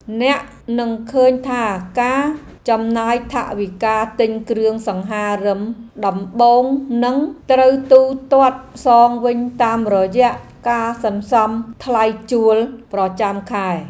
អ្នកនឹងឃើញថាការចំណាយថវិកាទិញគ្រឿងសង្ហារិមដំបូងនឹងត្រូវទូទាត់សងវិញតាមរយៈការសន្សំថ្លៃជួលប្រចាំខែ។